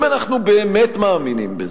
אם אנחנו באמת מאמינים בזה,